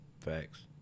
Facts